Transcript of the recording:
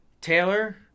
Taylor